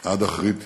עד אחרית ימיכם,